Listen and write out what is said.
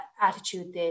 attitude